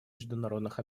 международных